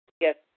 Yes